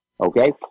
okay